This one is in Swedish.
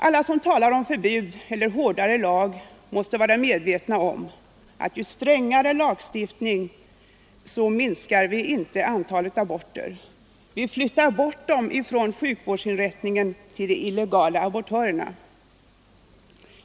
Alla som talar om förbud eller hårdare lag måste vara medvetna om att vi med strängare lagstiftning inte minskar antalet aborter; vi flyttar aborterna från sjukvårdsinrättningarna till de illegala abortörerna.